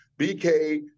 BK